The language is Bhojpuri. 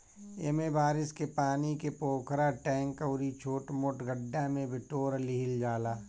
एमे बारिश के पानी के पोखरा, टैंक अउरी छोट मोट गढ्ढा में बिटोर लिहल जाला